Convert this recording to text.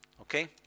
Okay